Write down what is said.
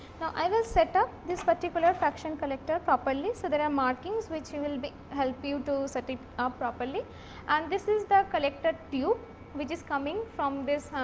now, i will set up this particular fraction collector properly. so, there are markings which will be help you to set it up properly and this is the collector tube which is coming from this